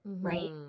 right